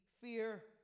fear